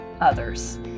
others